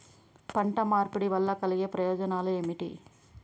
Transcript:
పంట మార్పిడి వల్ల కలిగే ప్రయోజనాలు ఏమిటి?